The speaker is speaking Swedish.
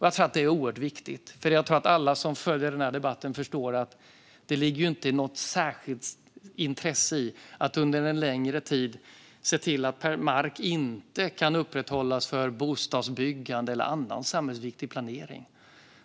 Jag tror att det är oerhört viktigt, för jag tror att alla som följer den här debatten förstår att det inte ligger något särskilt intresse i att under en längre tid se till mark inte kan tillhandahållas för bostadsbyggande eller annan samhällsviktig planering.